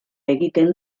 egiten